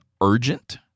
urgent